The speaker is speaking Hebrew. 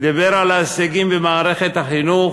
דיבר על ההישגים במערכת החינוך,